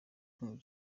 king